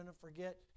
forget